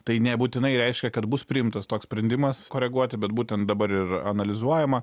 tai nebūtinai reiškia kad bus priimtas toks sprendimas koreguoti bet būtent dabar ir analizuojama